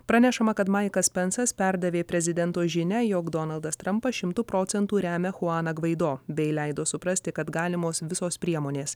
pranešama kad maikas pensas perdavė prezidento žinią jog donaldas trampas šimtu procentų remia chuaną gvaido bei leido suprasti kad galimos visos priemonės